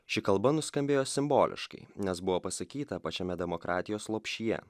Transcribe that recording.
ši kalba nuskambėjo simboliškai nes buvo pasakyta pačiame demokratijos lopšyje